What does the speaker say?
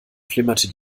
flimmerte